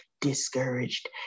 discouraged